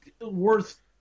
worth